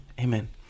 Amen